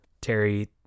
Terry